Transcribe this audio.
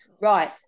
Right